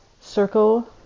circle